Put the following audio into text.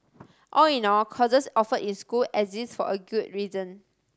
all in all courses offered in school exist for a good reason